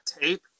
tape